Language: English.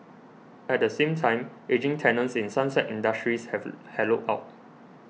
at the same time ageing tenants in sunset industries have hollowed out